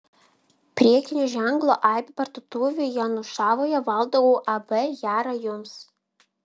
prekinio ženklo aibė parduotuvę janušavoje valdo uab jara jums